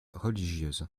religieuse